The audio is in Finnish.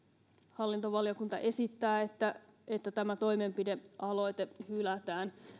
hallintovaliokunta esittää että että tämä toimenpidealoite hylätään